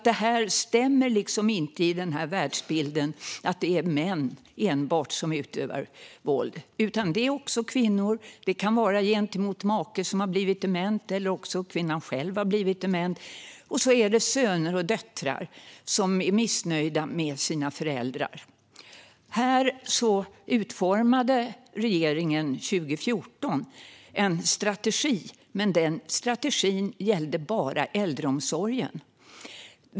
Det passar alltså inte i bilden att det är enbart män som utövar våld. Det är också kvinnor. Det kan vara gentemot en make som har blivit dement, eller också har kvinnan själv blivit dement. Och så är det söner och döttrar som är missnöjda med sina föräldrar. Regeringen utformade 2014 en strategi för det här. Men den gällde bara äldreomsorgen.